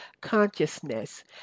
consciousness